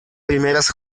primeras